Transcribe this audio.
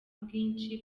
bwinshi